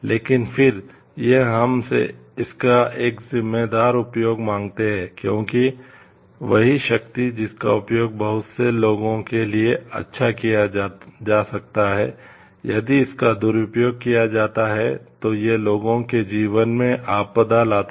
लेकिन फिर यह हम से इसका एक जिम्मेदार उपयोग मांगता है क्योंकि वही शक्ति जिसका उपयोग बहुत से लोगों के लिए अच्छा किया जा सकता है यदि इसका दुरुपयोग किया जाता है तो यह लोगों के जीवन में आपदा लाता है